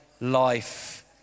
life